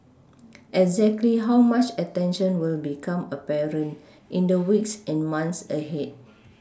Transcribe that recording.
exactly how much attention will become apparent in the weeks and months ahead